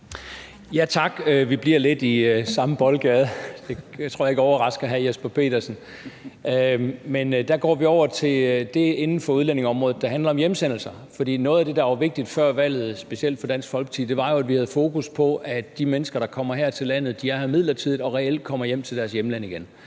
Vi bliver lidt i samme boldgade; det tror jeg ikke overrasker hr. Jesper Petersen. Vi går over til det inden for udlændingeområdet, der handler om hjemsendelser, fordi noget af det, der var vigtigt før valget, specielt for Dansk Folkeparti, jo var, at vi havde fokus på, at de mennesker, der kommer her til landet, er her midlertidigt og reelt kommer hjem til deres hjemlande igen.